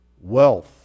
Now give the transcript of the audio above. wealth